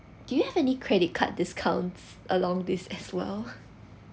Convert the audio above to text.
do you have any credit card discounts along this as well